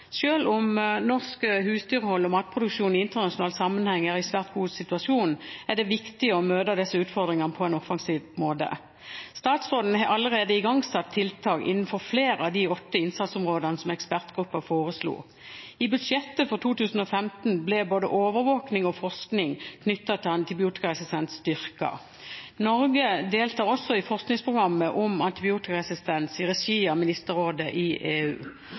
om norsk husdyrhold og matproduksjon i internasjonal sammenheng er i en svært god situasjon, er det viktig å møte disse utfordringene på en offensiv måte. Statsråden har allerede igangsatt tiltak innenfor flere av de åtte innsatsområdene som ekspertgruppa foreslo. I budsjettet for 2015 ble både overvåking og forskning knyttet til antibiotikaresistens styrket. Norge deltar også i forskningsprogrammet om antibiotikaresistens i regi av Ministerrådet i EU.